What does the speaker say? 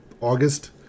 August